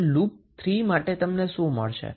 જો તમે લુપ 2 માટે KVL લાગુ કરશો તો શું થશે